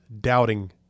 doubting